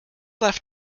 left